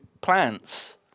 plants